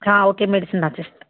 okay medicine రాసిస్తాను